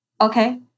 Okay